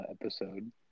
episode